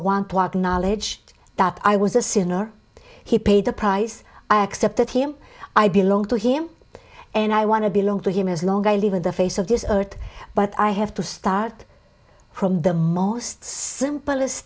one blood knowledge that i was a sinner he paid a price i accepted him i belong to him and i want to belong to him as long as i live in the face of this earth but i have to start from the most simple